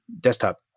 desktop